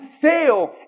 fail